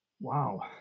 Wow